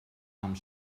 amb